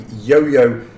yo-yo